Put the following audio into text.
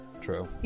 True